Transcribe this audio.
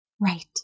Right